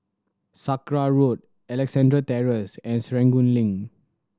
Sakra Road Alexandra Terrace and Serangoon Link